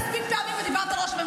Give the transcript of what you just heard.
היא מדברת עליי.